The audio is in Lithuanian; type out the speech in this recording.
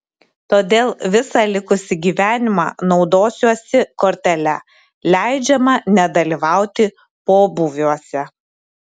todėl visą likusį gyvenimą naudosiuosi kortele leidžiama nedalyvauti pobūviuose